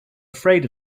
afraid